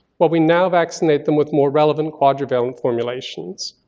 while we now vaccinated them with more relevant quadrivalent formulations.